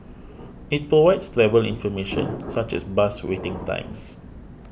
it provides travel information such as bus waiting times